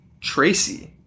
Tracy